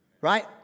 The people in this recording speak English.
Right